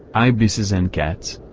ibises and cats.